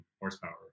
horsepower